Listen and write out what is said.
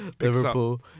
Liverpool